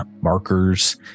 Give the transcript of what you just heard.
markers